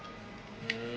mm